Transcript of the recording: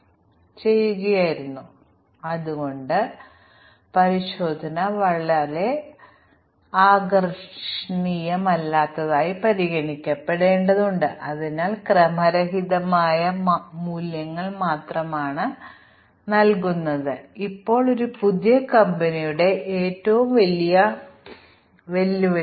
interfacing എന്നത് ഒരു function മറ്റൊരു ഫംഗ്ഷനെ തെറ്റായ പരാമീറ്റർ ഉപയോഗിച്ച് വിളിക്കുന്നു അല്ലെങ്കിൽ ഒരു പാരാമീറ്റർ വിളിച്ചേക്കാം ഇത് കുറച്ച് പരാമീറ്ററുകൾ അല്ലെങ്കിൽ കൂടുതൽ പാരാമീറ്ററുകൾ ഉള്ള ഒരു ഫംഗ്ഷനെ വിളിക്കുന്നു അല്ലെങ്കിൽ ഒരു പാരാമീറ്റർ ടൈപ്പ് പൊരുത്തക്കേട് ഉണ്ട്